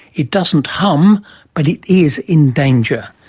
it doesn't hum but it is in danger.